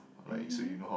mmhmm